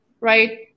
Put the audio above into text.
right